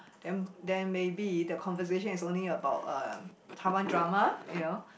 then then maybe if the conversation is only about uh Taiwan drama you know